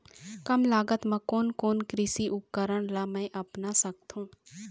कम लागत मा कोन कोन कृषि उपकरण ला मैं अपना सकथो?